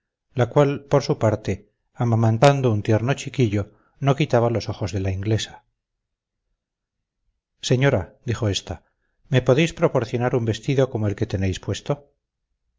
la cual por su parte amamantando un tierno chiquillo no quitaba los ojos de la inglesa señora dijo esta me podréis proporcionar un vestido como el que tenéis puesto